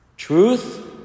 Truth